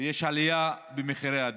ויש עלייה במחירי הדלק.